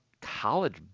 college